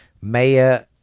Maya